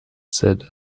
said